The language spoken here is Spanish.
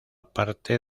parte